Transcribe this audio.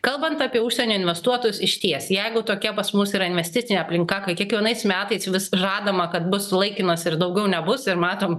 kalbant apie užsienio investuotus išties jeigu tokia pas mus yra investicinė aplinka kai kiekvienais metais vis žadama kad bus laikinas ir daugiau nebus ir matom